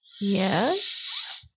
Yes